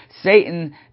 Satan